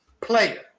Player